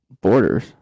Borders